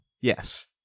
Yes